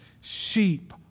Sheep